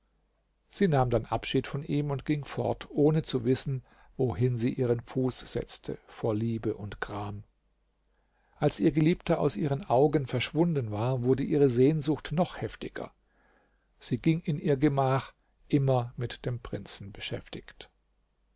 sie nahm dann abschied von ihm und ging fort ohne zu wissen wohin sie ihren fuß setzte vor liebe und gram als ihr geliebter aus ihren augen verschwunden war wurde ihre sehnsucht noch heftiger sie ging in ihr gemach immer mit dem prinzen beschäftigt